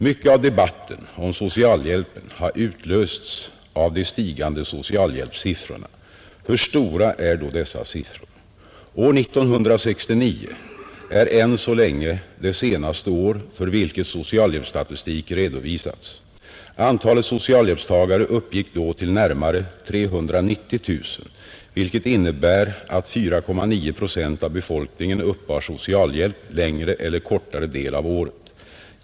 Mycket av debatten om socialhjälpen har utlösts av de stigande socialhjälpssiffrorna. Hur stora är då dessa siffror? År 1969 är än så länge det senaste år, för vilket socialhjälpsstatistik redovisats. Antalet social hjälpstagare uppgick då till närmare 390 000, vilket innebär att 4,9 procent av befolkningen uppbar socialhjälp längre eller kortare del av året.